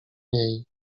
niej